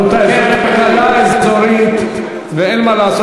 רבותי, זאת תקלה אזורית, ואין מה לעשות.